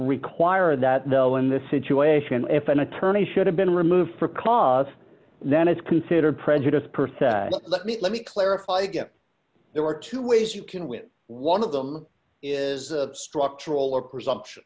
required that though in this situation if an attorney should have been removed for cause then it's considered prejudiced person let me let me clarify again there are two ways you can with one of them is structural or presu